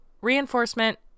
reinforcement